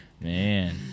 man